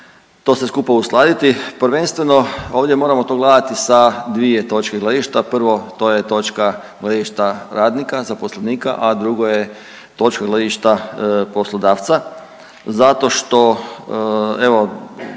to sve skupa uskladiti. Prvenstveno ovdje moramo to gledati sa dvije točke gledišta, prvo to je točka gledišta radnika, zaposlenika, a drugo je točka gledišta poslodavca zato što, evo